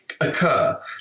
Occur